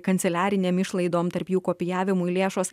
kanceliarinėm išlaidom tarp jų kopijavimui lėšos